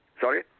Sorry